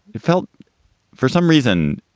it felt for some reason,